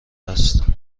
است